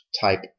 type